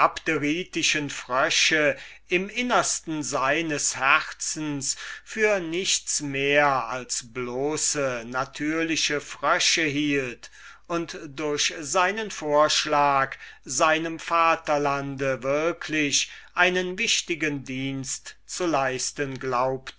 frösche im innersten seines herzens für nichts mehr als bloße natürliche frösche hielt und durch seinen vorschlag seinem vaterlande wirklich einen wichtigen dienst zu leisten